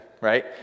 Right